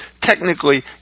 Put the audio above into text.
Technically